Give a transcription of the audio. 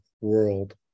world